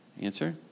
Answer